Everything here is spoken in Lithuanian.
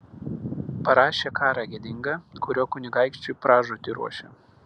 parašė karą gėdingą kuriuo kunigaikščiui pražūtį ruošia